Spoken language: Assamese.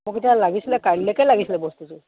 মোক এতিয়া লাগিছিলে কাইলৈকে লাগিছিলে বস্তুটো